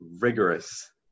rigorous